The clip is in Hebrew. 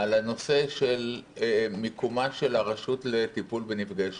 על הנושא של - מיקומה של הרשות לטיפול בנפגעי שואה,